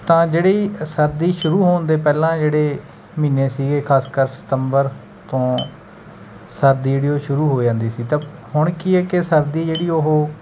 ਤਾਂ ਜਿਹੜੀ ਸਰਦੀ ਸ਼ੁਰੂ ਹੋਣ ਦੇ ਪਹਿਲਾਂ ਜਿਹੜੇ ਮਹੀਨੇ ਸੀਗੇ ਖਾਸਕਰ ਸਤੰਬਰ ਤੋਂ ਸਰਦੀ ਜਿਹੜੀ ਉਹ ਸ਼ੁਰੂ ਹੋ ਜਾਂਦੀ ਸੀ ਤਾਂ ਹੁਣ ਕੀ ਹੈ ਕਿ ਸਰਦੀ ਜਿਹੜੀ ਉਹ